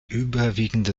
überwiegende